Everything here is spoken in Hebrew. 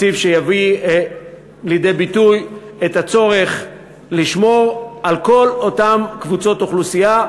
תקציב שיביא לידי ביטוי את הצורך לשמור על כל אותן קבוצות אוכלוסייה,